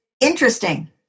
interesting